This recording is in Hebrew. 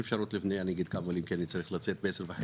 אני צריך לצאת לראיון קצר ב-10:30,